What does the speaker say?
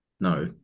no